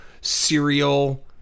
cereal